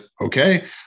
okay